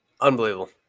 unbelievable